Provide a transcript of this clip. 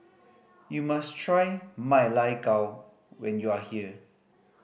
you must try Ma Lai Gao when you are here